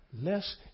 less